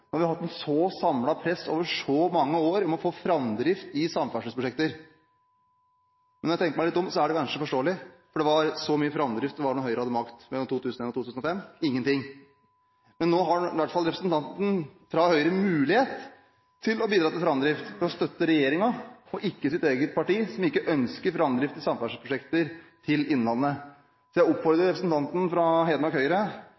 vi har hatt et så samlet press over så mange år for å få framdrift i samferdselsprosjekter. Men når jeg tenker meg litt om, er det kanskje forståelig, for det var så mye framdrift det var da Høyre hadde makt mellom 2001 og 2005: ingenting. Nå har i hvert fall representanten fra Høyre mulighet til å bidra til framdrift, ved å støtte regjeringen og ikke sitt eget parti, som ikke ønsker framdrift i samferdselsprosjekter til innlandet. Så jeg oppfordrer representanten fra Hedmark Høyre